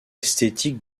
esthétiques